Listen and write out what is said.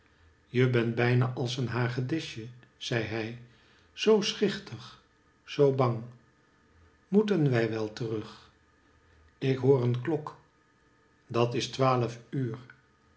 je bent bijna als een hagedisje zei hij zoo schichtig zoo bang moeten wij wel terug ik hoor een klok dat is twaalf uur